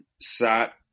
sat